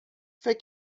فکر